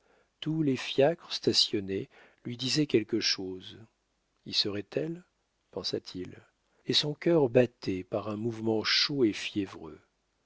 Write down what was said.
tous les fiacres stationnés lui disaient quelque chose y serait-elle pensa-t-il et son cœur battait par un mouvement chaud et fiévreux